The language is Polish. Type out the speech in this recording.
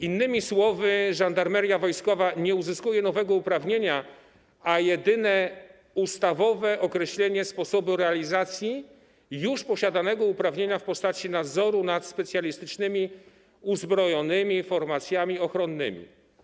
Innymi słowy, Żandarmeria Wojskowa nie uzyskuje nowego uprawnienia, a jedynie ustawowe określenie sposobu realizacji już posiadanego uprawnienia w postaci nadzoru nad specjalistycznymi uzbrojonymi formacjami ochronnymi.